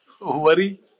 Worry